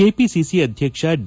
KPCC ಅಧ್ಯಕ್ಷ D